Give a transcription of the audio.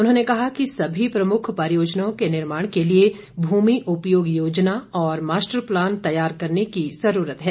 उन्होंने कहा कि सभी प्रमुख परियोजनाओं के निर्माण के लिए भूमि उपयोग योजना और मास्टर प्लान तैयार करने की जरूरत है